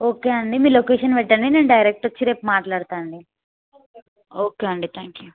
okay అండి మీ location పెట్టండి నేను డైరెక్ట్ వచ్చి రేపు మాట్లాడతాను అండి ఓకే అండి థ్యాంక్ యూ